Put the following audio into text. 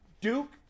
Duke